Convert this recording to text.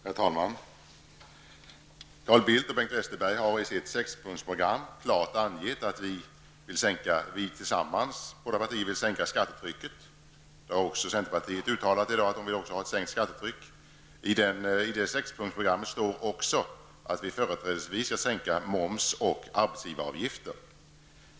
Herr talman! Carl Bildt och Bengt Westerberg har i sitt sexpunktsprogram klart angett att båda partierna tillsammans vill sänka skattetrycket. Också centerpartiet har i dag uttalat att man vill ha ett sänkt skattetryck. I detta sexpunktsprogram står också att vi företrädesvis skall sänka moms och arbetsgivaravgifter.